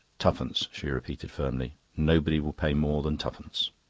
twopence, she repeated firmly. nobody will pay more than twopence.